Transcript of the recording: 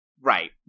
Right